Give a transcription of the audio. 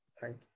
Thank